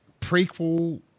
prequel